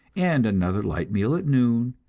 and another light meal at noon,